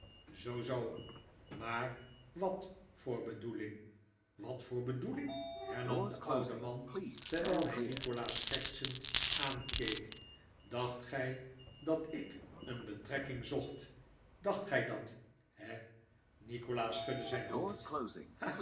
zoo zoo maar wat voor bedoeing wat voor bedoeling hernam de oude man terwijl hij nikolaas schertsend aankeek dacht gij dat ik een betrekking zocht dacht gij dat he nikolaas schudde zijn hoofd